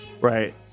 right